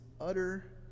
utter